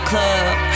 club